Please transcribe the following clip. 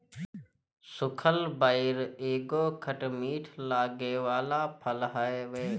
सुखल बइर एगो खट मीठ लागे वाला फल हवे